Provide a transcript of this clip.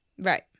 Right